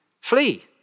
flee